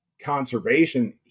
conservation